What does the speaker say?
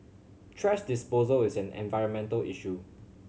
thrash disposal is an environmental issue